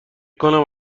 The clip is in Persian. کنم